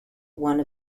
one